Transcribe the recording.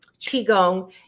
Qigong